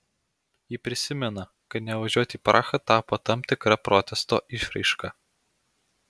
ji prisimena kad nevažiuoti į prahą tapo tam tikra protesto išraiška